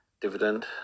dividend